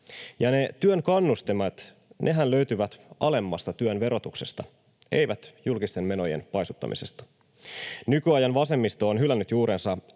työn kannustimet, nehän löytyvät alemmasta työn verotuksesta, eivät julkisten menojen paisuttamisesta. Nykyajan vasemmisto on hylännyt juurensa.